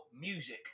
music